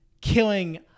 killing